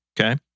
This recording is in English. Okay